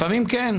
לפעמים כן.